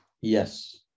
Yes